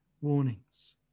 warnings